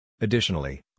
Additionally